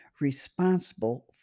responsible